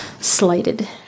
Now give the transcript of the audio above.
slighted